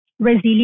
resilience